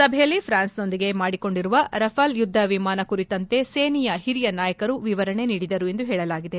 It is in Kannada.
ಸಭೆಯಲ್ಲಿ ಫ್ರಾನ್ಸ್ನೊಂದಿಗೆ ಮಾಡಿಕೊಂಡಿರುವ ರಾಫೆಲ್ ಯುದ್ದ ವಿಮಾನ ಕುರಿತಂತೆ ಸೇನೆಯ ಹಿರಿಯ ನಾಯಕರು ವಿವರಣೆ ನೀಡಿದರು ಎಂದು ಹೇಳಲಾಗಿದೆ